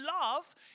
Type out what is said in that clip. Love